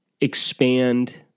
expand